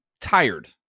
tired